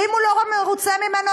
ואם הוא לא מרוצה ממנו,